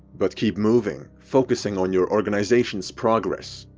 but keep moving focusing on your organization's progress.